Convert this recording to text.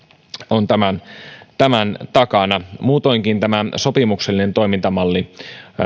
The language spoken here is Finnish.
on tämän tämän takana muutoinkin tämä sopimuksellinen toimintamalli